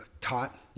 taught